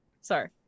sorry